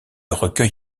recueil